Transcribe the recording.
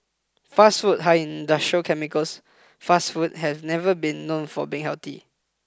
fast food high in industrial chemicals fast food has never been known for being healthy